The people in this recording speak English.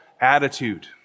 attitude